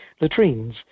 latrines